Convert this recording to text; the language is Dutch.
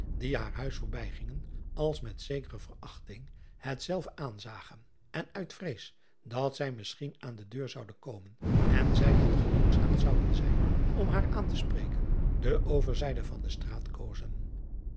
die haar huis voorbijgingen als met zekere verachting hetzelve aanzagen en uit vrees dat zij misschien aan de deur zou komen en zij dan genoodzaakt zouden zijn om haar aan te spreken de overzijde van de straat kozen